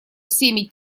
всеми